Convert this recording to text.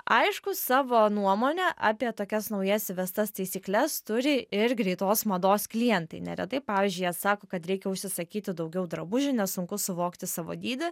aišku savo nuomonę apie tokias naujas įvestas taisykles turi ir greitos mados klientai neretai pavyzdžiui jie sako kad reikia užsisakyti daugiau drabužių nes sunku suvokti savo dydį